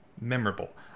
memorable